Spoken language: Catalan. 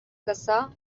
caçar